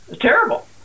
terrible